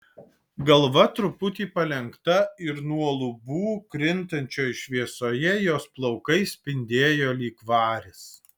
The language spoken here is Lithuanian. galva truputį palenkta ir nuo lubų krintančioj šviesoje jos plaukai spindėjo lyg varis